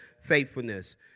faithfulness